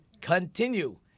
continue